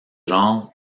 genre